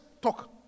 talk